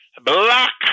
black